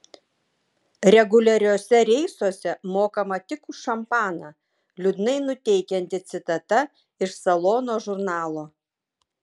reguliariuose reisuose mokama tik už šampaną liūdnai nuteikianti citata iš salono žurnalo